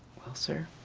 well, sir,